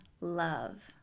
love